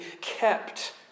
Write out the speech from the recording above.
kept